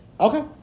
Okay